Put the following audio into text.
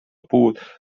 puud